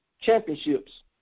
championships